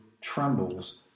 trembles